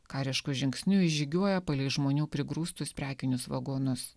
karišku žingsniu jis žygiuoja palei žmonių prigrūstus prekinius vagonus